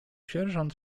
sierżant